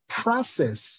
process